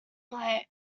but